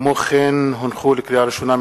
לקריאה ראשונה,